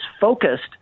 focused